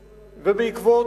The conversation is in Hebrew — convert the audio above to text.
מסחרר.